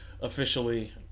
officially